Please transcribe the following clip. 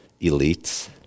elites